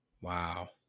Wow